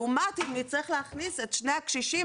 לעומת אם נצטרך להכניס את שני הקשישים